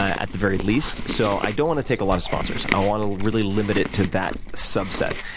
at the very least. so i don't want to take a lot of sponsors. i want to really limit it to that subset.